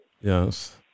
Yes